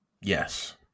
Yes